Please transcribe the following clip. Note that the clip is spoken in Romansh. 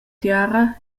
tiara